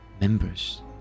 members